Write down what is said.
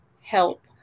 help